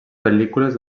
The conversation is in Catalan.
pel·lícules